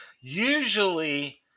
Usually